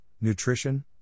nutrition